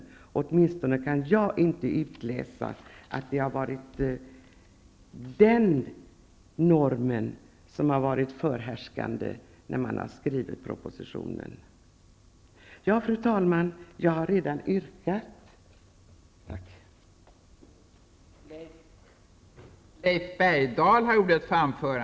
Jag kan åtminstone inte utläsa att det har varit den normen som varit förhärskande när man har skrivit propositionen. Fru talman! Jag har redan framställt mitt yrkande.